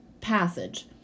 passage